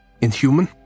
inhuman